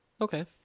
Okay